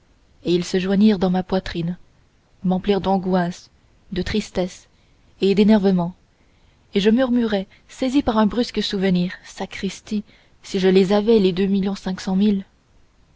et ils se joignirent dans ma poitrine m'emplirent d'angoisse de tristesse et d'énervement et je murmurai saisi par un brusque souvenir sacristi si je les avais les